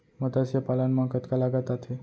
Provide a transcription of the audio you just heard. मतस्य पालन मा कतका लागत आथे?